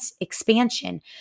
expansion